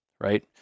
right